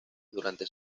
durante